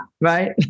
right